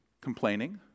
complaining